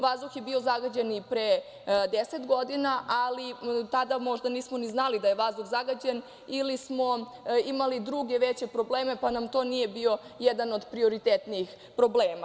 Vazduh je bio zagađen i pre deset godina, ali tada možda nismo ni znali da je vazduh zagađen ili smo imali druge veće probleme, pa nam to nije bio jedan od prioritetnijih problema.